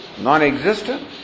non-existent